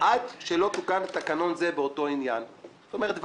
עוד לא תוקן תקנון זה באותו עניין." זאת אומרת,